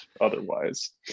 otherwise